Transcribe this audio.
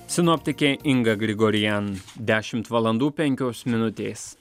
sinoptikė inga grigorian dešimt vlandų penkios minutės